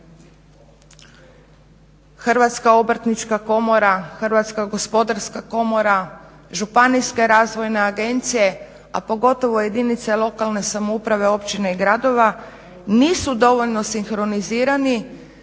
Hrvatska obrtnička komora, Hrvatska gospodarska komora, Županijske razvojne agencije, a pogotovo jedinice lokalne samouprave, općine i gradova nisu dovoljno sinhronizirani